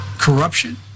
Corruption